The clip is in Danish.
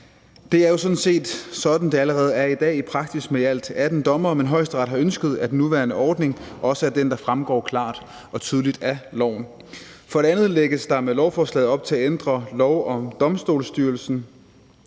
set sådan, det allerede er i dag i praksis med i alt 18 dommere, men Højesteret har ønsket, at den nuværende ordning også er den, der fremgår klart og tydeligt af loven. For det andet lægges der med lovforslaget op til at ændre lov om Domstolsstyrelsen,